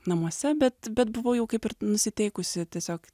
namuose bet bet buvau jau kaip ir nusiteikusi tiesiog